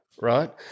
Right